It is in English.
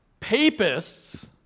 Papists